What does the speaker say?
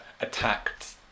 attacked